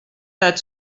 that